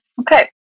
Okay